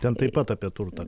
ten taip pat apie turtą